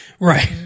Right